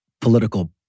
political